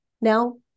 Now